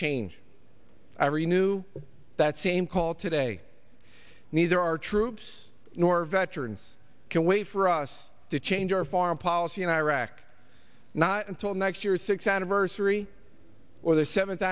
change every knew that same call today neither our troops nor veterans can wait for us to change our foreign policy in iraq not until next year or six anniversary or their seventh